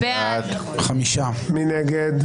מי נגד?